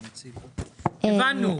הבנו.